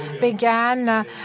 began